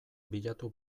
bilatu